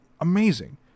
amazing